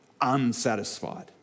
unsatisfied